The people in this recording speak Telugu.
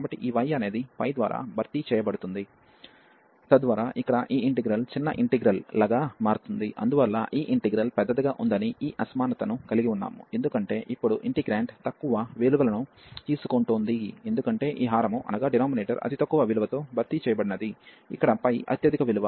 కాబట్టి ఈ y అనేది ద్వారా భర్తీ చేయబడుతుంది తద్వారా ఇక్కడ ఈ ఇంటిగ్రల్ చిన్న ఇంటిగ్రల్ లగా మారుతుంది అందువల్ల ఈ ఇంటిగ్రల్ పెద్దదిగా ఉందని ఈ అసమానతను కలిగి ఉన్నాము ఎందుకంటే ఇప్పుడు ఇంటిగ్రేంట్ తక్కువ విలువను తీసుకుంటోంది ఎందుకంటే ఈ హారము అతి తక్కువ విలువతో భర్తీ చేయబడినది ఇక్కడ π అత్యధిక విలువ